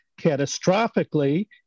catastrophically